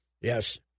Yes